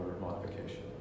modification